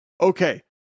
Okay